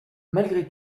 malgré